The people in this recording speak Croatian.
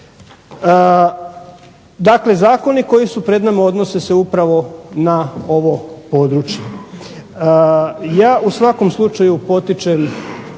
Dakle, zakone koji su pred nama odnose se upravo na ovo područje. Ja u svakom slučaju potičem